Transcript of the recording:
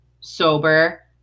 sober